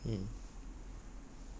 then my shoe is legit ah